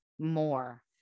More